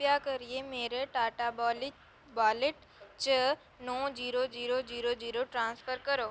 किरपा करियै मेरे टाटावाल्क वालेट च नौ zero zero zero zero transfer करो